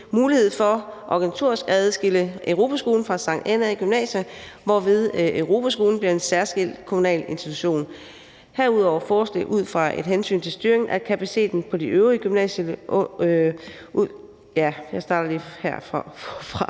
mulighed for organisatorisk at adskille Europaskolen fra Sankt Annæ Gymnasium, hvorved Europaskolen bliver en særskilt kommunal institution. Herudover foreslås det ud fra et hensyn til styring af kapaciteten på de øvrige gymnasiale ungdomsuddannelser, at